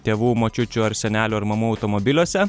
tėvų močiučių ar senelių ar mamų automobiliuose